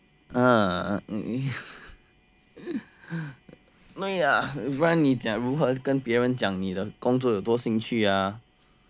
uh 不然你讲如何跟别人讲你的工作有多兴趣呀